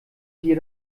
dir